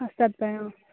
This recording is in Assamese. সস্তাত পায় অঁ